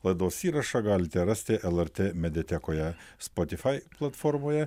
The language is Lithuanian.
laidos įrašą galite rasti lrt mediatekoje spotifai platformoje